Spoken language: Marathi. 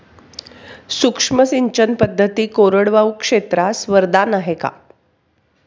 सूक्ष्म सिंचन पद्धती कोरडवाहू क्षेत्रास वरदान आहे का?